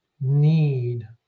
need